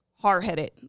hard-headed